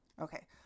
Okay